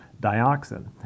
dioxin